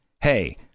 Hey